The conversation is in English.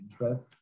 interest